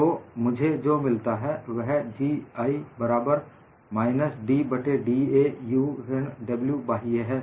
तो मुझे जो मिलता है वह GI बराबर माइन d बट्टे dA U ऋण W बाह्य है